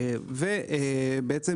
ובעצם